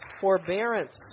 forbearance